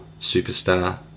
superstar